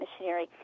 missionary